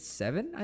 seven